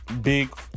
big